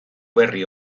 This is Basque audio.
berri